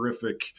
terrific